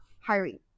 hiring